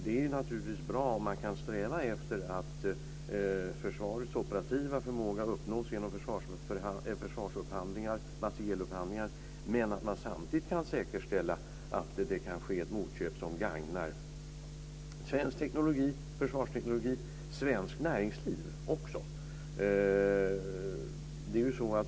Det är naturligtvis bra om man kan sträva efter att försvarets operativa förmåga ska uppnås genom försvarsupphandlingar, materielupphandlingar. Men samtidigt kan man säkerställa att det kan ske ett motköp som gagnar svensk teknologi, försvarsteknologi och också svenskt näringsliv.